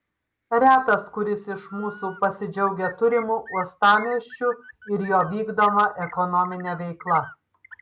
retas kuris iš mūsų pasidžiaugia turimu uostamiesčiu ir jo vykdoma ekonomine veikla